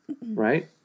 Right